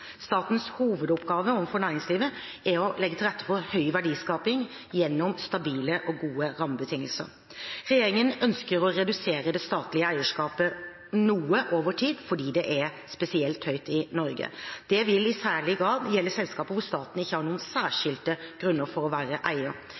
Statens hovedoppgave overfor næringslivet er å legge til rette for høy verdiskaping gjennom stabile og gode rammebetingelser. Regjeringen ønsker å redusere det statlige eierskapet noe over tid fordi det er spesielt høyt i Norge. Det vil i særlig grad gjelde selskaper der staten ikke har noen